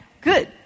good